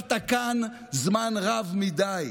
ישבת כאן זמן רב מדי,